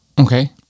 Okay